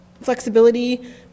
flexibility